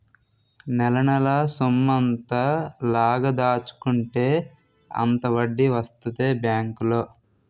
నెలనెలా సొమ్మెంత లాగ దాచుకుంటే అంత వడ్డీ వస్తదే బేంకులో